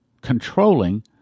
controlling